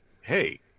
hey